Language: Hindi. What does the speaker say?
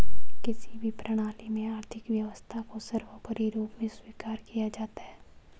किसी भी प्रणाली में आर्थिक व्यवस्था को सर्वोपरी रूप में स्वीकार किया जाता है